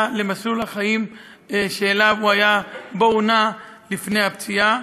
למסלול החיים שבו הוא נע לפני הפציעה.